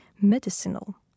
medicinal